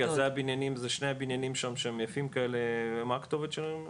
שני הבניינים שם היפים, מה הכתובת שלהם?